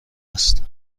است